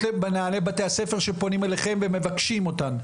למנהלי בתי הספר שפונים אליכם ומבקשים אותן?